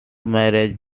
marriage